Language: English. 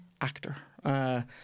actor